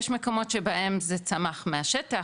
יש מקומות שבהם זה צמח מהשטח,